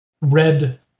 red